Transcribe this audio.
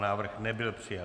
Návrh nebyl přijat.